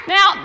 Now